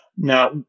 Now